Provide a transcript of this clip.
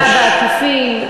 אבל יש פה שאלה שנשאלה בעקיפין,